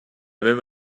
même